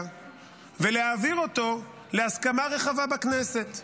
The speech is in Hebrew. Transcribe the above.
ולהעביר אותו להסכמה רחבה בכנסת.